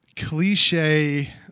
cliche